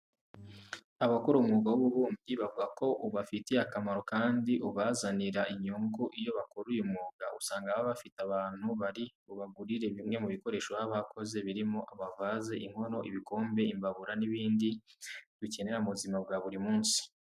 Abakora umwuga w'ububumbyi bavuga ko ubafitiye akamaro, kandi ubazanira inyungu. Iyo bakora uyu mwuga usanga baba bafite abantu bari bubagurire bimwe mu bikoresho baba bakoze birimo amavaze, inkono, ibikombe, imbabura n'ibindi dukenera mu buzima bwa buri munsi.